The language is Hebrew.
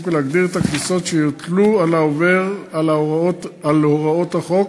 ולהגדיר את הקנסות שיוטלו על העובר על הוראות החוק,